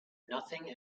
nothing